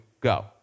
go